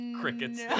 Crickets